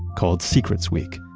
called secrets week.